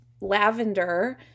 lavender